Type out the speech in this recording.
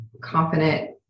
confident